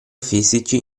fisici